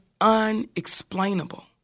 unexplainable